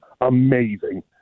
amazing